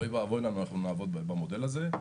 אוי ואבוי לנו אם נעבוד במודל הזה.